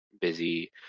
busy